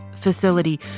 Facility